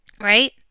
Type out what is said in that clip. right